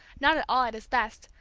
not at all at his best,